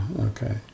Okay